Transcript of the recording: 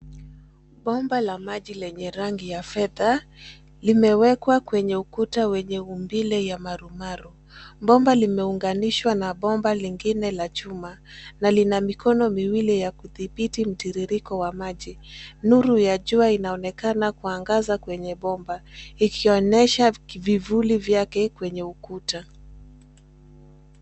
Bomba la maji lenye rangi ya fedha limewekwa kwenye ukuta wenye umbile ya marumaru. Bomba limeunganishwa na bomba lingine la chuma na lina mikono miwili ya kudhibiti mtiririko wa maji. Nuru ya jua inaonekana kuangaza kwenye bomba, ikionyesha vivuli vyake kwenye ukuta.